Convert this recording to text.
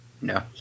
No